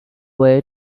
way